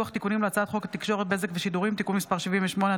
לוח תיקונים להצעת חוק התקשורת (בזק ושידורים) (תיקון מס' 78),